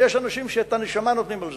ויש אנשים שאת הנשמה נותנים על זה.